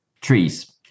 trees